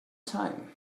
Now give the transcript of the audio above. time